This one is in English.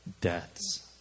deaths